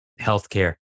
healthcare